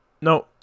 No